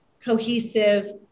cohesive